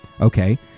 Okay